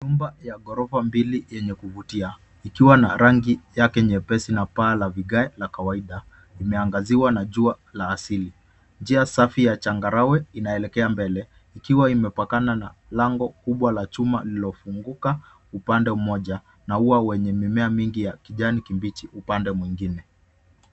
Nyumba ya ghorofa mbili yenye kuvutia ikiwa na rangi yake nyepesi na paa la vigae la kawaida vimeangaziwa na jua la asili njia safi ya changarawe inaelekea mbele ikiwa imepakana na lango kubwa la chuma lililofunguka upande mmoja na uwa wenye mimea mingi ya kijani kibichi upande mwingine.